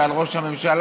ועל ראש הממשלה.